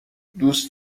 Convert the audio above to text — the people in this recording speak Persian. دوست